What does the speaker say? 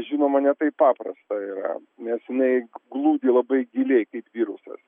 žinoma ne taip paprasta yra nes jinai glūdi labai giliai kaip virusas